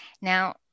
Now